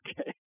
okay